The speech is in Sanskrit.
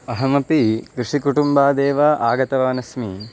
अहमपि कृषिकुटुम्बादेव आगतवानस्मि